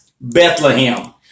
Bethlehem